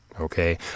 Okay